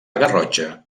garrotxa